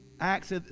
Acts